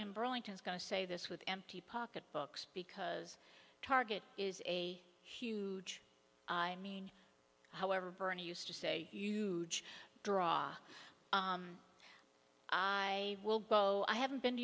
in burlington is going to say this with empty pocket books because target is a huge i mean however bernie used to say you draw i will go i haven't been to